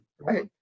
Right